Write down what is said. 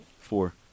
Four